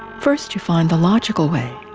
first you find the logical way,